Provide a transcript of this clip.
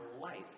life